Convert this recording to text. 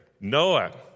Noah